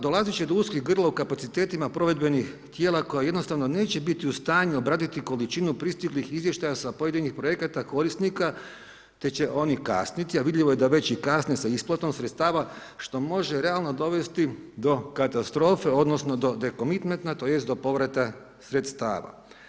Dolaziti će do uskih grla u kapacitetima provedbenih tijela koja jednostavno neće biti u stanju obraditi količinu pristiglih izvještaja sa pojedinih projekata korisnika, te će oni kasniti, a vidljivo je da već i kasne sa isplatom sredstava, što može realno dovesti do katastrofe, odnosno do dekomitmenta, tj. do povrata sredstava.